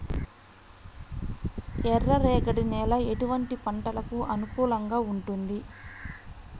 ఎర్ర రేగడి నేల ఎటువంటి పంటలకు అనుకూలంగా ఉంటుంది?